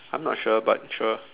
I'm not sure but sure